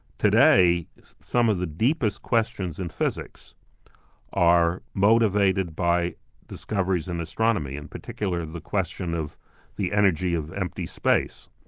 today some of the deepest questions in physics are motivated by discoveries in astronomy, in particular the question of the energy of empty space,